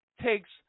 takes